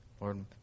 Lord